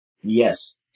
Yes